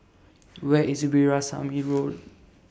Where IS Veerasamy Road